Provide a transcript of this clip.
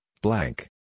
blank